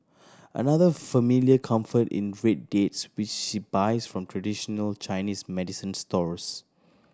another familiar comfort in red dates which she buys from traditional Chinese medicine stores